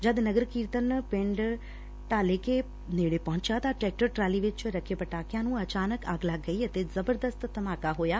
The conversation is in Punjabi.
ਜਦ ਨਗਰ ਕੀਰਤਨ ਪਿਡ ਡਾਲੇਕੇ ਨੇੜੇ ਪਹੁੰਚਿਆ ਤਾਂ ਟ੍ਟੈਕਟਰ ਟਰਾਲੀ ਵਿਚ ਰੱਖੇ ਪਟਾਕਿਆਂ ਨੂੰ ਅਚਾਨਕ ਅੱਗ ਲੱਗ ਗਈ ਅਤੇ ਜਬਰਦਸਤ ਧਮਾਕਾ ਹੋਇਆ